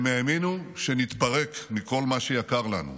הם האמינו שנתפרק מכל מה שיקר לנו,